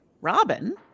Robin